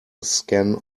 scan